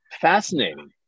Fascinating